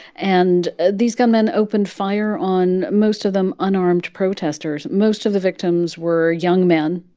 and these gunmen opened fire on most of them unarmed protesters. most of the victims were young men.